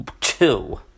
two